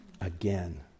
again